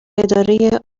اداره